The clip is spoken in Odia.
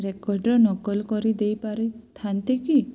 ରେକର୍ଡ଼୍ର ନକଲ କରି ଦେଇପାରିଥାନ୍ତି କି